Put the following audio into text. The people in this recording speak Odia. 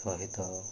ସହିତ